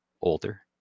older